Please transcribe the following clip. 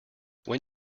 when